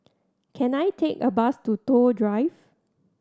can I take a bus to Toh Drive